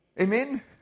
Amen